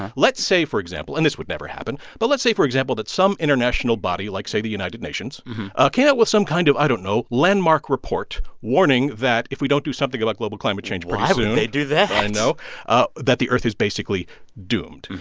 let's say for example and this would never happen. but let's say for example that some international body, like, say the united nations ah came out with some kind of i don't know landmark report warning that if we don't do something about global climate change pretty soon. why would they do that? i know ah that the earth is basically doomed.